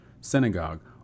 synagogue